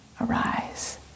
arise